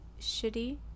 shitty